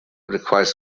requires